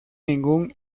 ningún